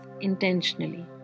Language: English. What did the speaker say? intentionally